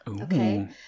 Okay